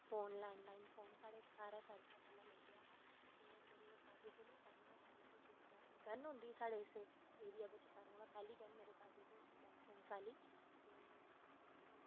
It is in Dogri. फोन लैंडलाईन फोन साढ़े घर सारें कोला पैह्लें लग्गेआ हा ते मेरे दादू कोल ई सारें कोला पैह्लें गन होंदी ही साढ़े हिस्से एरिया बिच पैह्ली गन मेरे दादू कोल ही लाईसेंस आह्ली ते